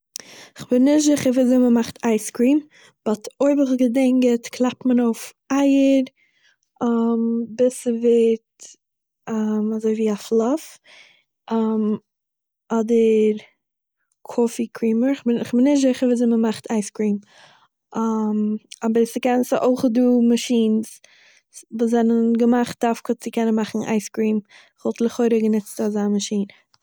כ'בין נישט זיכער וויאזוי מען מאכט אייסקרים, באט אויב איך געדענט גוט קלאפט מען אויף אייער, ביז ס'וווערט אזויווי א פלאף, אדער קופי-קרימער, כ'בין- כ'בין נישט זיכער ויאזוי מ'מאכט אייסקרים, אבער ס'קען- ס'אויכ'עט דא מאשין'ס וואס זענען געמאכט דווקא צו קענען מאכן אייסקרים, כ'וואלט לכאורה געניצט אזא מאשין